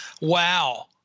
Wow